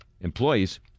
employees